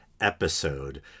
episode